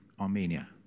Armenia